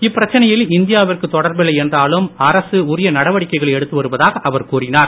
இப்பிரச்சனையில் இந்தியாவிற்கு தொடர்பில்லை என்றாலும் அரசு உரிய நடவடிக்கைகளை எடுத்து வருவதாக அவர் கூறினார்